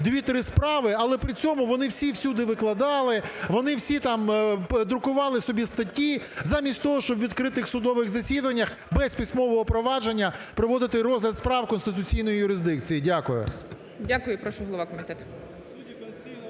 2-3 справи, але при цьому вони всі всюди викладали, вони всі там друкували собі статті замість того, щоб у відкритих судових засіданнях без письмового провадження проводити розгляд справ конституційної юрисдикції. Дякую. Веде засідання